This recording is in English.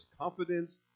confidence